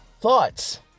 Thoughts